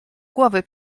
głowy